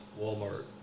Walmart